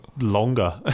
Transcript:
longer